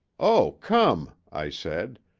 o, come i said.